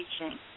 teaching